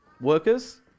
workers